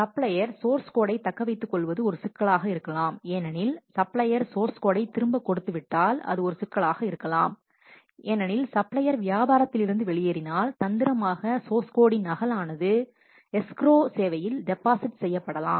supplier source கோடை தக்கவைத்துக்கொள்வது ஒரு சிக்கலாக இருக்கலாம் ஏனெனில் சப்ளையர் சோர்ஸ் கோடை திரும்ப கொடுத்து விட்டால் அது ஒரு சிக்கலாக இருக்கலாம் ஏனெனில் சப்ளையர் வியாபாரத்தில் இருந்து வெளியேறினால் தந்திரமாக சோர்ஸ் கோடின் நகல் ஆனது எஸ்க்ரோ சேவையில் டெபாசிட் செய்யப்படலாம்